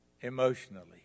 emotionally